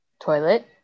toilet